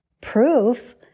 proof